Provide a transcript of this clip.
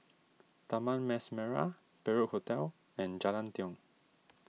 Taman Mas Merah Perak Hotel and Jalan Tiong